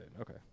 okay